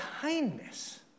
kindness